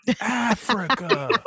Africa